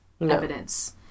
evidence